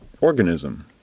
organism